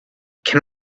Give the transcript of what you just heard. can